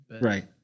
right